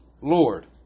Lord